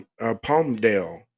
Palmdale